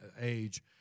age